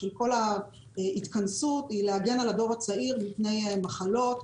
של כל ההתכנסות היא להגן על הדור הצעיר מפני מחלות,